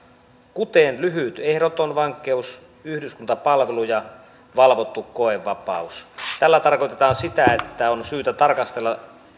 kuten lyhyt ehdoton vankeus yhdyskuntapalvelu ja valvottu koevapaus tällä tarkoitetaan sitä että on syytä tarkastella